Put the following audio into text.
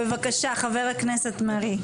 בבקשה חבר הכנסת מרעי.